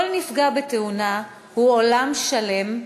כל נפגע בתאונה הוא עולם שלם,